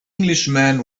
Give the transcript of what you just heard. englishman